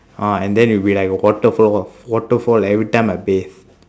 uh and then it will be like a waterfall waterfall every time I bathe